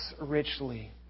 richly